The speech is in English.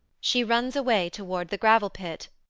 she runs away towards the gravel pit,